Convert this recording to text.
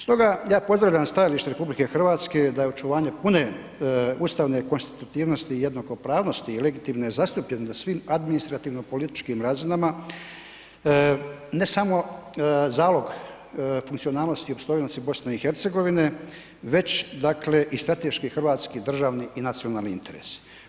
Stoga ja pozdravljam stajalište RH da je očuvanje pune ustavne konstitutivnosti i jednakopravnosti i legitimne zastupljenosti na svim administrativno-političkim razinama, ne samo zalog funkcionalnosti i opstojnosti BiH, već i strateške hrvatske državne i nacionalne interese.